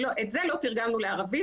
את זה לא תרגמנו לערבית.